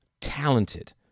talented